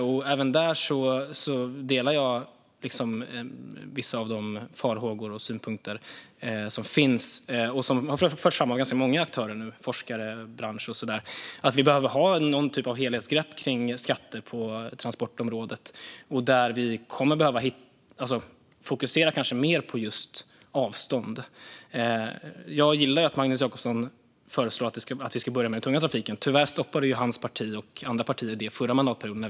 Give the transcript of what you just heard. Jag delar vissa av de farhågor och synpunkter som finns och som har förts fram av ganska många aktörer - forskare, branschen och så vidare - när det gäller att vi behöver ha någon typ av helhetsgrepp kring skatter på transportområdet. Vi kommer kanske att behöva fokusera mer på just avstånd. Jag gillar ju att Magnus Jacobsson föreslår att vi ska börja med den tunga trafiken. Tyvärr stoppade ju hans parti och andra partier detta under förra mandatperioden.